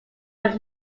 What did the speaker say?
were